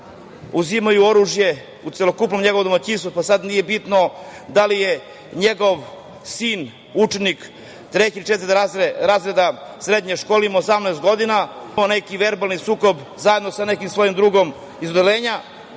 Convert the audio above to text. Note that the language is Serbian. uzimaju oružje, u celokupnom njegovom domaćinstvu, pa sad nije bitno da li je njegov sin učenik trećeg ili četvrtog razreda srednje škole ima 18 godina, imao neki verbalni sukob zajedno sa nekim svojim drugom iz odeljenja,